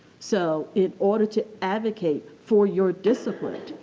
so, in order to advocate for your discipline,